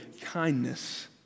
kindness